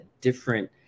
different